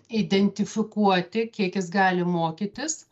identifikuoti kiek jis gali mokytis